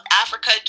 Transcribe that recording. Africa